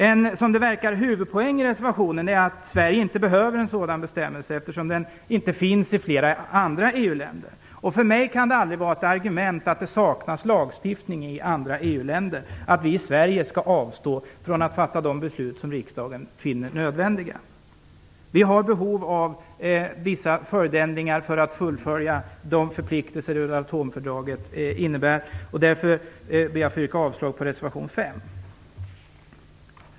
En, som det förefaller, huvudpoäng i reservationen är att Sverige inte behöver en sådan bestämmelse, eftersom den inte finns i flera andra EU-länder. För mig kan det förhållandet att det saknas lagstiftning i andra EU-länder aldrig vara ett argument för att vi i Sverige skall avstå från att fatta de beslut som riksdagen finner nödvändiga. Vi har behov av att genomföra vissa följdändringar för att fullfölja de förpliktelser som Euroatomfördraget innebär. Därför vill jag yrka avslag på reservation 5.